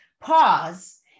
pause